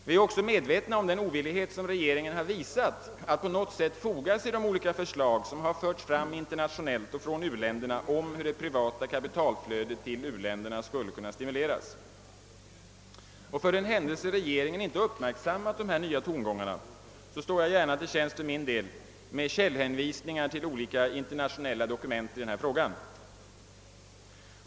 Vi är också medvetna om den ovillighet regeringen visat att på något sätt foga sig i de olika förslag som förts fram internationellt, särskilt från u-länderna, om hur det privata kapitalflödet till u-länderna skulle kunna stimuleras. För den händelse regeringen inte uppmärksammat dessa nya tongångar står jag gärna till tjänst med källhänvisningar till olika internationella dokument i frågan.